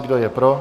Kdo je pro?